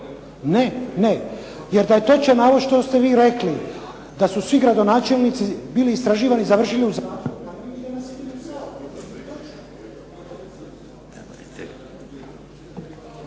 Ne. Jer da je točan navod što ste vi rekli da su svi gradonačelnici bili istraživani i završili u …